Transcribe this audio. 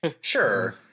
Sure